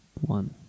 One